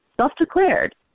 Self-declared